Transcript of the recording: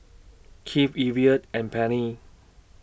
Kipp Evia and Penny